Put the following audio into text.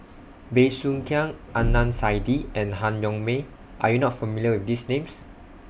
Bey Soo Khiang Adnan Saidi and Han Yong May Are YOU not familiar with These Names